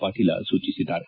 ಪಾಟೀಲ ಸೂಚಿಸಿದ್ದಾರೆ